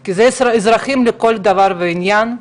כי אלה אזרחים לכל דבר ועניין,